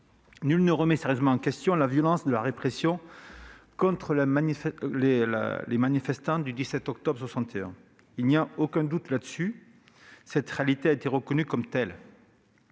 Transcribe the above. nul ne remet sérieusement en question la violence de la répression contre les manifestants du 17 octobre 1961. À cet égard, il n'y a aucun doute : cette réalité a été reconnue comme telle.